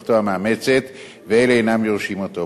משפחתו המאמצת ואלה אינם יורשים אותו.